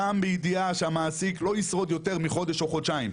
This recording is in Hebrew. גם בידיעה שהמעסיק לא ישרוד יותר מחודש או חודשיים.